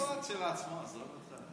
הוא היועץ של עצמו, עזוב אותך.